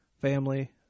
family